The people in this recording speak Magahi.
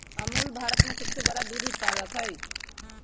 अमूल भारत में सबसे बड़ा दूध उत्पादक हई